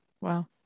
Wow